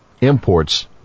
imports